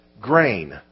grain